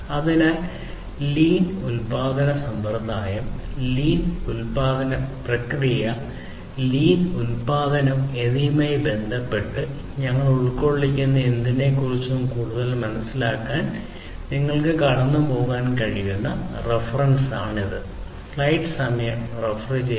അതിനാൽ ലീൻ ഉൽപാദന സമ്പ്രദായം ലീൻ ഉൽപാദന പ്രക്രിയ ലീൻ ഉൽപാദനം എന്നിവയുമായി ബന്ധപ്പെട്ട് ഞങ്ങൾ ഉൾക്കൊള്ളുന്ന എന്തിനെക്കുറിച്ചും കൂടുതൽ മനസ്സിലാക്കാൻ നിങ്ങൾക്ക് കടന്നുപോകാൻ കഴിയുന്ന റഫറൻസ് ഇതാ